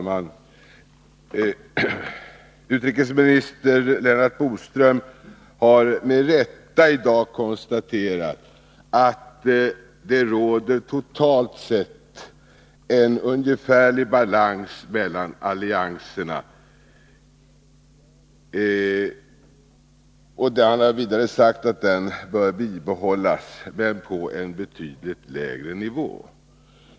Fru talman! Utrikesminister Lennart Bodström har med rätta i dag konstaterat att det totalt sett råder en ungefärlig militär balans mellan allianserna. Han har vidare sagt att den bör bibehållas, men på en betydligt lägre nivå.